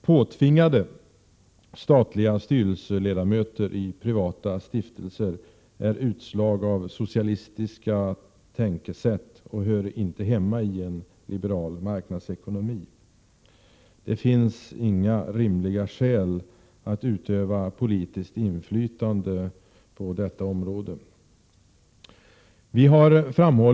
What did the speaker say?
Påtvingade statliga styrelseledamöter i privata stiftelser är utslag av socialistiska tänkesätt och hör inte hemma i en liberal marknadsekonomi. Det finns inga rimliga skäl att utöva politiskt inflytande på detta område.